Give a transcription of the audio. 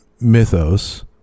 mythos